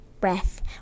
breath